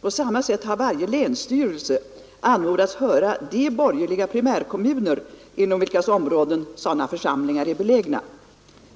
På samma sätt har varje länsstyrelse anmodats höra de borgerliga primärkommuner inom vilkas områden sådana församlingar är belägna.